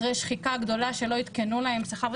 אחרי שחיקה גדולה שלא עדכנו להם שכר,